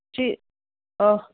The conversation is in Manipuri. ꯁꯤ ꯑꯥ